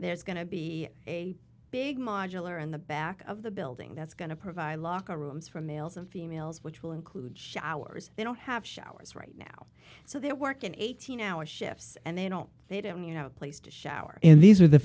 there's going to be a big modular in the back of the building that's going to provide locker rooms for males and females which will include showers they don't have showers right now so they're working eighteen hour shifts and they don't they don't you know a place to shower and these are the